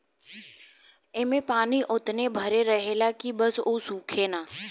ऐमे पानी ओतने भर रहेला की बस उ सूखे ना